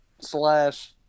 slash